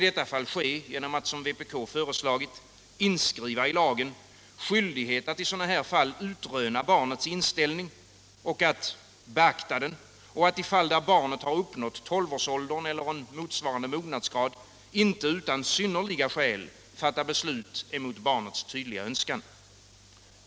Detta skall ske genom att som vpk föreslagit inskriva i lagen skyldighet att i sådana fall utröna barnets inställning och beakta den samt att i fall där barnet har uppnått tolvårsåldern eller motsvarande mognadsgrad inte utan synnerliga skäl fatta beslut emot barnets tydliga önskan.